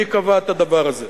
מי קבע את הדבר הזה?